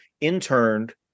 interned